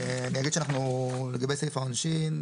אני אגיד שאנחנו לגבי סעיף העונשין,